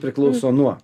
priklauso nuo